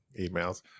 Emails